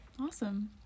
Awesome